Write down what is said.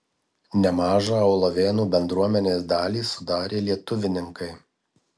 nemažą aulavėnų bendruomenės dalį sudarė lietuvininkai